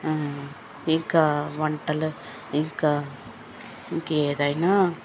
ఇంకా వంటలు ఇంకా ఇంకేదైనా